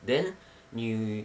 then 你